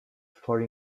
for